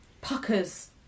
puckers